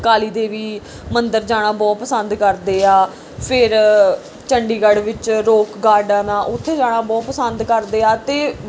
ਕਾਲੀ ਦੇਵੀ ਮੰਦਰ ਜਾਣਾ ਬਹੁਤ ਪਸੰਦ ਕਰਦੇ ਆ ਫਿਰ ਚੰਡੀਗੜ੍ਹ ਵਿੱਚ ਰੋਕ ਗਾਰਡਨ ਆ ਓਥੇ ਜਾਣਾ ਬਹੁ ਪਸੰਦ ਕਰਦੇ ਆ ਅਤੇ